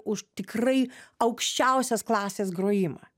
už tikrai aukščiausios klasės grojimą